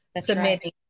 submitting